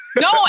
No